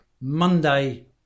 Monday